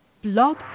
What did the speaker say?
Blog